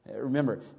Remember